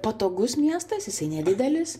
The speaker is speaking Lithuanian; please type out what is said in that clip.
patogus miestas jisai nedidelis